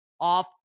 off